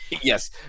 Yes